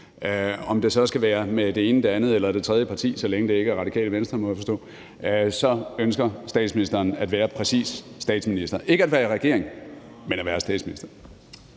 om det så skal være med det ene, det andet eller det tredje parti, så længe det ikke er Radikale Venstre, må jeg forstå. Statsministeren ønsker præcis at være statsminister – ikke at være i regering, men at være statsminister.